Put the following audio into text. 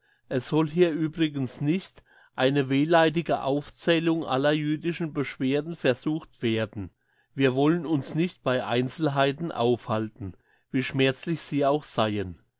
es soll hier übrigens nicht eine wehleidige aufzählung aller jüdischen beschwerden versucht werden wir wollen uns nicht bei einzelheiten aufhalten wie schmerzlich sie auch seien